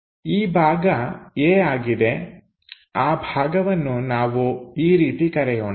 ಈ ಭಾಗ A ಆಗಿದೆ ಆ ಭಾಗವನ್ನು ನಾವು ಈ ರೀತಿ ಕರೆಯೋಣ